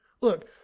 Look